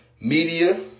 Media